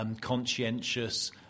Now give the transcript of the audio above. conscientious